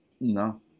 No